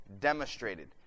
demonstrated